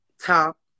top